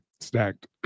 Stacked